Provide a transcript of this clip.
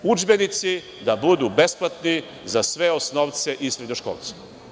Znači, udžbenici da budu besplatni za sve osnovce i srednjoškolce.